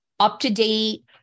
up-to-date